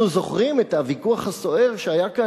אנחנו זוכרים את הוויכוח הסוער שהיה כאן